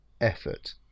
effort